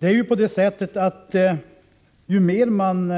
Herr talman! Ju mer man